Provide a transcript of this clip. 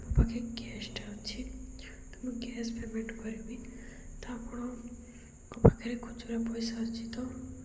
ମୋ ପାଖେ କ୍ୟାସ୍ ଟା ଅଛି ତ ମୁଁ କ୍ୟାସ୍ ପେମେଣ୍ଟ କରିବି ତ ଆପଣଙ୍କ ପାଖରେ ଖୁଚୁରା ପଇସା ଅଛି ତ